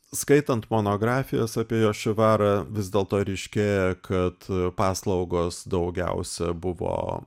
skaitant monografijas apie jošivarą vis dėlto ryškėja kad paslaugos daugiausia buvo